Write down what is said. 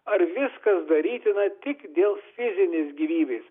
ar viskas darytina tik dėl fizinės gyvybės